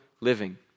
living